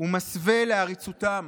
ומסווה לעריצותם".